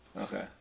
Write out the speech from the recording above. Okay